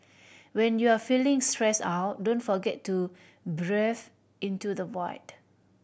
when you are feeling stressed out don't forget to breathe into the void